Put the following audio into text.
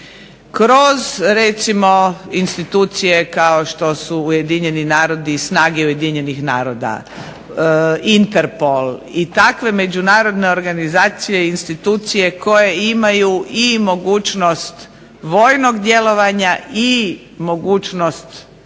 kroz recimo institucije kao što su Ujedinjeni narodi i snage Ujedinjenih naroda, Interpol i takve međunarodne organizacije i institucije koje imaju i mogućnost vojnog djelovanja i mogućnost